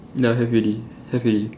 ya have already have already